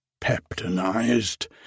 peptonized